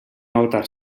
avatar